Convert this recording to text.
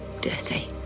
Dirty